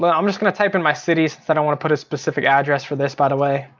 but i'm just gonna type in my city if i don't want to put a specific address for this by the way.